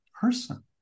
person